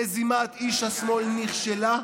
מזימת איש השמאל נכשלה,